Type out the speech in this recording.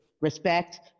respect